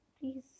Please